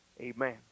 Amen